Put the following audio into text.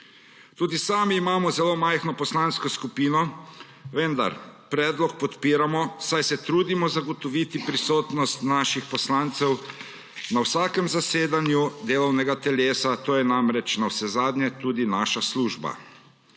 Tudi sami imamo zelo majhno poslansko skupino, vendar predlog podpiramo, saj se trudimo zagotoviti prisotnost naših poslancev na vsakem zasedanju delovnega telesa. To je namreč navsezadnje tudi naša služba.